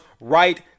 right